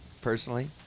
personally